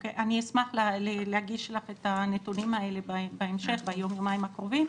אשמח להגיש לך את הנתונים האלה ביום-יומיים הקרובים.